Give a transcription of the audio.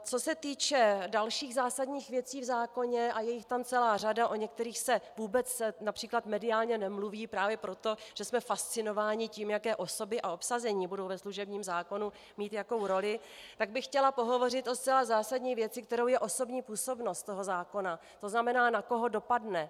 Co se týče dalších zásadních věcí v zákoně a je jich tam celá řada, o některých se vůbec např. mediálně nemluví právě proto, že jsme fascinováni tím, jaké osoby a obsazení budou ve služebním zákonu mít jakou roli , tak bych chtěla pohovořit o zcela zásadní věci, kterou je osobní působnost zákona, tzn. na koho dopadne.